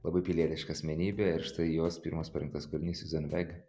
labai pilietiška asmenybė ir štai jos pirmas parinktas kūrinys siuzan vek